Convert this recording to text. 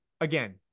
again